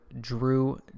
drew